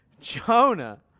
Jonah